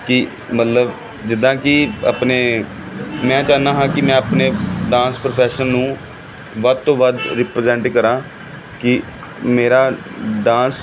ਕਿ ਮਤਲਬ ਜਿੱਦਾਂ ਕਿ ਆਪਣੇ ਮੈਂ ਚਾਹੁੰਦਾ ਹਾਂ ਕਿ ਮੈਂ ਆਪਣੇ ਡਾਂਸ ਪ੍ਰੋਫੈਸ਼ਨ ਨੂੰ ਵੱਧ ਤੋਂ ਵੱਧ ਰਿਪ੍ਰੇਜੈਂਟ ਕਰਾਂ ਕਿ ਮੇਰਾ ਡਾਂਸ